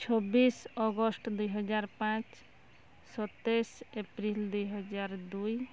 ଛବିଶ ଅଗଷ୍ଟ ଦୁଇହଜାର ପାଞ୍ଚ ସତେଇଶ ଏପ୍ରିଲ ଦୁଇହଜାର ଦୁଇ